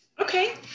Okay